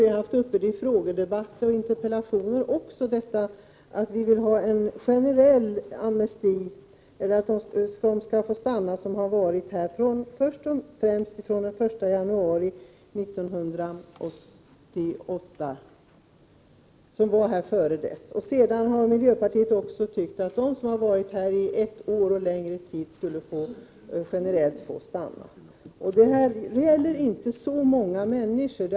Vi har diskuterat detta vid frågestunder och interpellationsdebatter, dvs. att det skall bli en generell amnesti eller att de som har vistats i Sverige sedan först och främst före den 1 januari 1988 skall få stanna. Miljöpartiet anser också att de som har varit här mer än ett år skall generellt få stanna. Det här gäller inte så många människor.